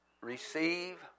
receive